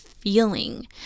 feeling